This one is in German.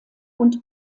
und